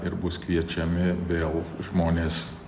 ir bus kviečiami vėl žmonės